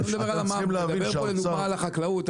הוא דיבר פה לדוגמה על החקלאות,